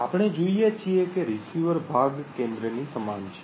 આપણે જોઈએ છીએ કે રીસીવર ભાગ કેન્દ્રની સમાન છે